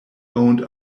owned